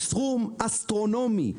סכום אסטרונומי.